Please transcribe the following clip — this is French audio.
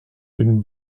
d’une